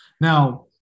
Now